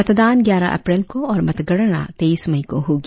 मतदान ग्यारह अप्रैल को और मतगणना तेईस मई को होगी